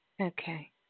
Okay